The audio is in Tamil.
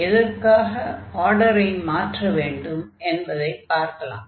முதலில் எதற்காக ஆர்டரை மாற்ற வேண்டும் என்பதைப் பார்க்கலாம்